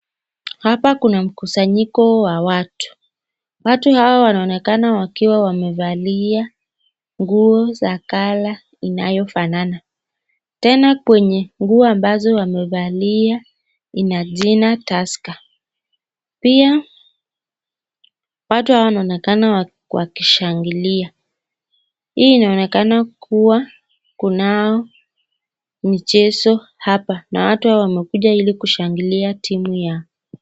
Hapa kuna mkusanyiko wa watu. Watu hawa wanaonekana wakiwa wamevalia nguo za color inayofanana. Tena kwenye nguo ambazo wamevalia ina jina Tusker . Pia watu hawa wanaonekana wakishangilia. Hii inaonekana kuwa kunao mchezo hapa na watu hawa wamekuja ili kushangilia timu yao.